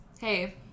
Hey